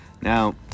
Now